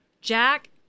Jack